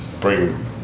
bring